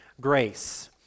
grace